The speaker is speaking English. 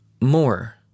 more